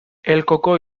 elkoko